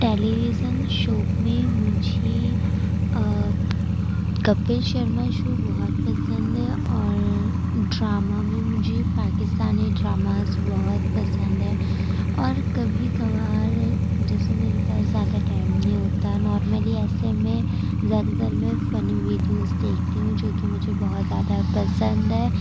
ٹیلی vision show میں مجھے Kapil Sharma show بہت پسند ہے اور ڈرامہ میں مجھے پاکستانی ڈراماز بہت پسند ہے اور کبھی کبھار جیسے میرے پاس زیادہ ٹائم نہیں ہوتا نارملی ایسے میں زیادہ تر میں فنی ویڈیوز دیکھتی ہوں جوکہ مجھے بہت زیادہ پسند ہے